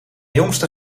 jongste